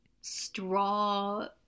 straw